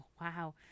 wow